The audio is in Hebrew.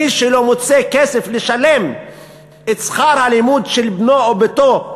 מי שלא מוצא כסף לשלם את שכר הלימוד של בנו או בתו,